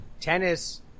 tennis